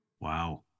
Wow